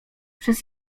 przez